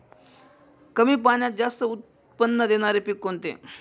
कमी पाण्यात जास्त उत्त्पन्न देणारे पीक कोणते?